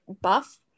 buff